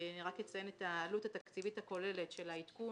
אני רק אציין את העלות התקציבית הכוללת של העדכון.